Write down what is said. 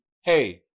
hey